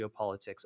geopolitics